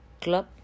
club